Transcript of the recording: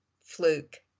fluke